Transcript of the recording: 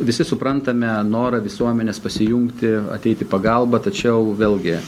visi suprantame norą visuomenės pasijungti ateit į pagalbą tačiau vėlgi